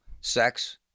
Sex